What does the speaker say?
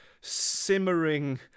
simmering